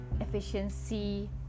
efficiency